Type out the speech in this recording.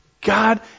God